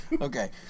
Okay